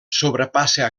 sobrepassa